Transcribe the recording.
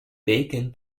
bacon